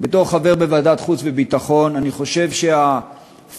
בתור חבר בוועדת חוץ וביטחון אני חושב שהפארסה